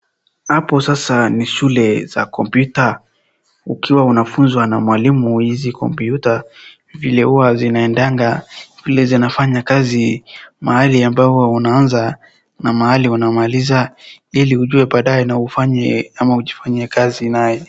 Hapo sasa ni shule za kompyuta. Ukiwa unafunzwa na mwalimu hizi kompyuta vile huwa zinaendanga vile zinafanya kazi, mahali ambayo huwa unaanza na mahali wanamaliza ili ujue baadae na ufanye ama ujifanyie kazi naye.